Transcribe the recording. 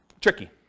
tricky